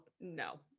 no